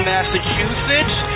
Massachusetts